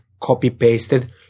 copy-pasted